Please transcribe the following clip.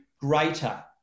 greater